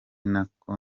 nako